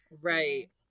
Right